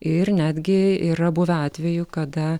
ir netgi yra buvę atvejų kada